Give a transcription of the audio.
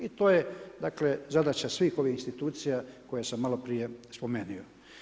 I to je dakle zadaća svih ovih institucija koje sam malo prije spomenuo.